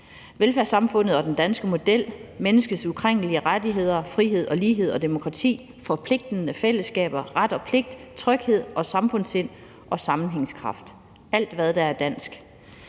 velfærdssamfundet og den danske model, menneskets ukrænkelige rettigheder, frihed, lighed og demokrati, forpligtende fællesskaber, ret og pligt, tryghed og samfundssind og sammenhængskraft – alt, hvad der er dansk.